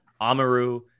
Amaru